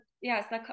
yes